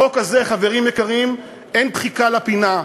בחוק הזה, חברים יקרים, אין דחיקה לפינה,